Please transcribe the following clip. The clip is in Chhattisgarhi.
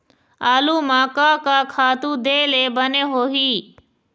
आलू म का का खातू दे ले बने होही?